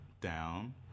down